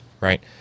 right